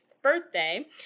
birthday